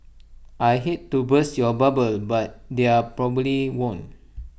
I hate to burst your bubble but they are probably won't